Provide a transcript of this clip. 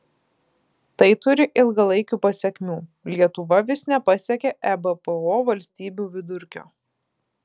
tai turi ilgalaikių pasekmių lietuva vis nepasiekia ebpo valstybių vidurkio